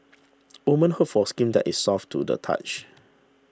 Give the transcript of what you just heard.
women hope for skin that is soft to the touch